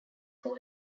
who